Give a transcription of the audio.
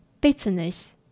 bitterness